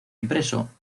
impreso